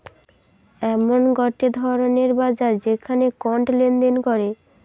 এমন গটে ধরণের বাজার যেখানে কন্ড লেনদেন করে